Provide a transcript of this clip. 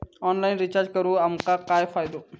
Online recharge करून आमका काय फायदो?